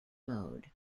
mode